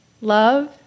love